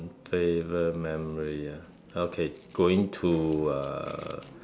favourite memory ah okay going to uh